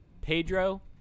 Pedro